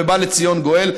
ובא לציון גואל.